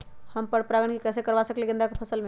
हम पर पारगन कैसे करवा सकली ह गेंदा के फसल में?